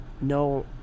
No